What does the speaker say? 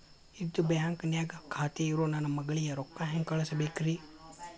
ಇದ ಬ್ಯಾಂಕ್ ನ್ಯಾಗ್ ಖಾತೆ ಇರೋ ನನ್ನ ಮಗಳಿಗೆ ರೊಕ್ಕ ಹೆಂಗ್ ಕಳಸಬೇಕ್ರಿ?